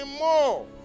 more